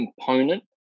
component